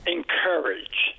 Encourage